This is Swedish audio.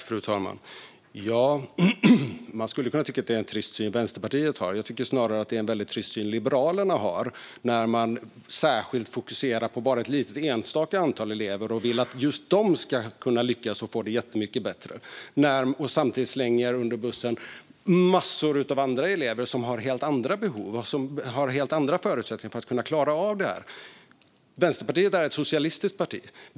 Fru talman! Man kan tycka att det är en trist syn Vänsterpartiet har. Jag tycker snarare att det är en väldigt trist syn Liberalerna har när de fokuserar på bara ett litet antal, enstaka elever och vill att just de ska kunna lyckas och få det jättemycket bättre. Samtidigt slänger man massor av andra elever, som har helt andra behov och förutsättningar för att klara det, under bussen. Vänsterpartiet är ett socialistiskt parti.